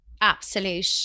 absolute